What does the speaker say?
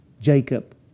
Jacob